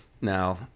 Now